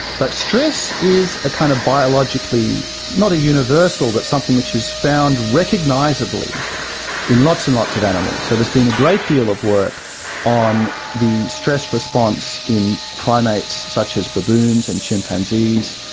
but stress is a kind of biologically, not a universal, but something which is found recognisably in lots and lots of animals. so there's been a great deal of work on the stress response in primates such as baboons and chimpanzees.